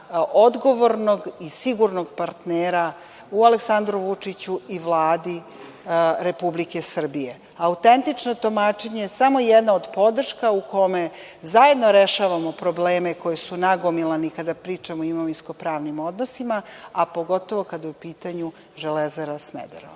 odgovornog i sigurnog partnera u Aleksandru Vučiću i Vladi Republike Srbije. Autentično tumačenje je samo jedna od podrške u kome zajedno rešavamo probleme koji su nagomilani kada pričamo o imovinsko-pravnim odnosima, a pogotovo kada je u pitanju „Železara Smederevo“.